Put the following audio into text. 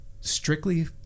strictly